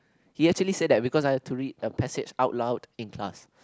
he actually said that because I had to read a passage out loud in class